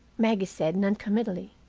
maggie said, non-committally.